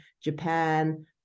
Japan